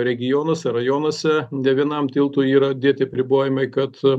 regionuose rajonuose ne vienam tiltui yra dėti apribojimai kad